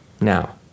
Now